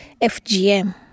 FGM